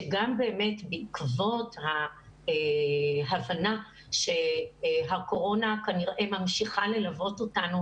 שגם באמת בעקבות ההבנה שהקורונה כנראה ממשיכה ללוות אותנו